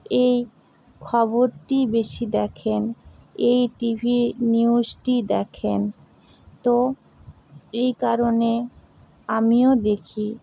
এই খবরটি বেশি দেখেন এই টিভি নিউসটি দেখেন তো এই কারণে আমিও দেখি